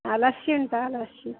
ಹಾಂ ಲಸ್ಸಿ ಉಂಟಾ ಲಸ್ಸಿ